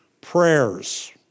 prayers